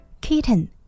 kitten